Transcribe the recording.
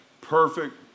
perfect